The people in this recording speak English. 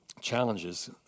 challenges